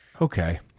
Okay